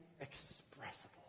inexpressible